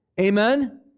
Amen